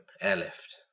airlift